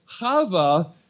Chava